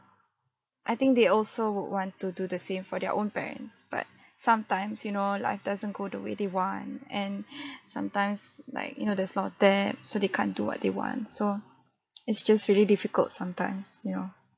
I think they also would want to do the same for their own parents but sometimes you know life doesn't go the way they want and sometimes like you know there's a lot of debt so they can't do what they want so it's just really difficult sometimes you know